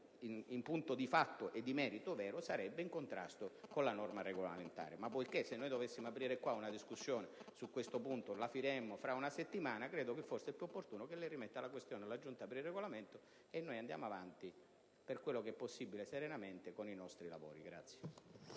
in punto di fatto e di merito vero, sarebbe in contrasto con la norma regolamentare. Ma poiché se aprissimo una discussione su questo punto la concluderemmo fra una settimana, credo sarebbe più opportuno che lei rimetta la questione alla Giunta per il Regolamento e noi si continui ad andare avanti, per quello che è possibile, serenamente con i nostri lavori.